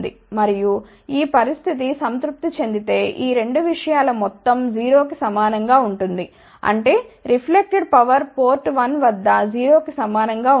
మరియు ఈ పరిస్థితి సంతృప్తి చెందితే ఈ 2 విషయాల మొత్తం 0 కి సమానం గా ఉంటుంది అంటే రిఫ్లెక్టెడ్ పవర్ పోర్ట్ 1 వద్ద 0 కి సమానం గా ఉంటుంది